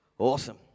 Awesome